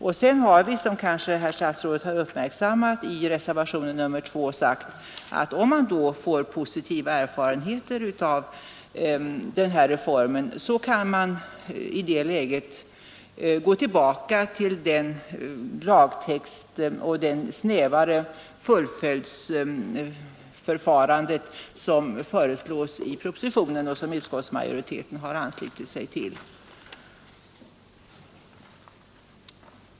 Vidare har vi, som herr statsrådet kanske uppmärksammat i reservationen 2, sagt att om man då får positiva erfarenheter av reformen, så kan vi i det läget gå tillbaka till den lagtext och det snävare fullföljdsförfarande som föreslås i propositionen och som utskottsmajoriteten ansluter sig till.